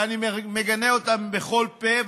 ואני מגנה אותם בכל פה,